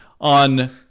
on